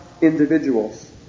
individuals